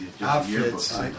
outfits